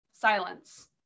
silence